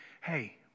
hey